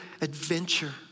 adventure